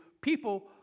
people